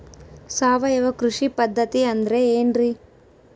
ಸಾವಯವ ಕೃಷಿ ಪದ್ಧತಿ ಅಂದ್ರೆ ಏನ್ರಿ?